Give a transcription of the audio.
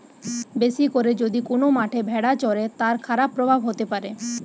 বেশি করে যদি কোন মাঠে ভেড়া চরে, তার খারাপ প্রভাব হতে পারে